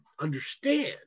understand